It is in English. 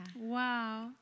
Wow